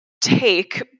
take